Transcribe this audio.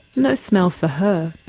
no smell for her.